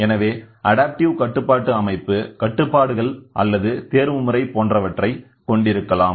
எனவே அடாப்டிவ் கட்டுப்பாட்டு அமைப்புகட்டுப்பாடுகள் அல்லது தேர்வு முறை போன்றவற்றை கொண்டிருக்கலாம்